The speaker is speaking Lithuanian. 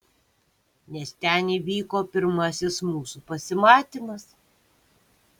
nes ten įvyko pirmasis mūsų pasimatymas